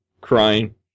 crying